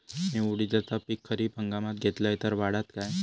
मी उडीदाचा पीक खरीप हंगामात घेतलय तर वाढात काय?